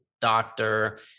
doctor